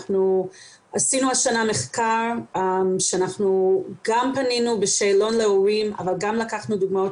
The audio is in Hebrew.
אנחנו עשינו השנה מחקר ופנינו בשאלון להורים אבל גם לקחנו דוגמאות